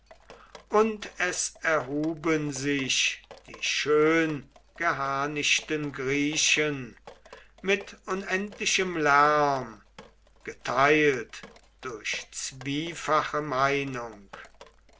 und es erhuben sich die schöngeharnischten griechen mit unendlichem lärm geteilt durch zwiefache meinung